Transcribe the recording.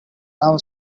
now